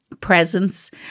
presence